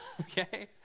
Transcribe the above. Okay